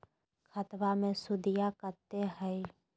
खतबा मे सुदीया कते हय?